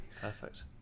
Perfect